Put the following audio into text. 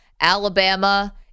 Alabama